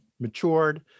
matured